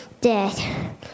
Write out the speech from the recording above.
dead